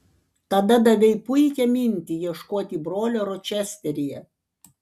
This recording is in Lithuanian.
tada davei puikią mintį ieškoti brolio ročesteryje